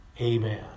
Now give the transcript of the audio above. Amen